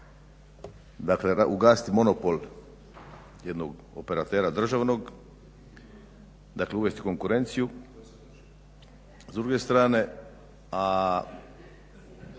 treba ugasiti monopol jednog operatera državnog, dakle uvesti konkurenciju s druge strane a